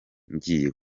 ngiye